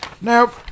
Nope